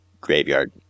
graveyard